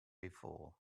before